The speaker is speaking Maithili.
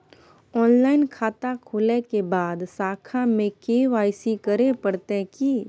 ऑनलाइन खाता खोलै के बाद शाखा में के.वाई.सी करे परतै की?